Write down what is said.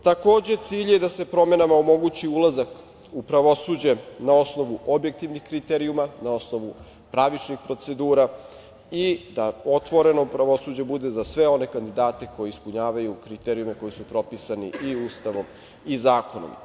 Takođe, cilj je da se promenama omogući ulazak u pravosuđe na osnovu objektivnih kriterijuma, na osnovu pravičnih procedura i da otvoreno pravosuđe bude za sve one kandidate koji ispunjavaju kriterijume koji su propisani i Ustavom i zakonom.